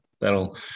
that'll